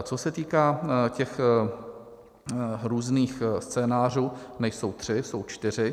Co se týká těch různých scénářů, nejsou tři, jsou čtyři.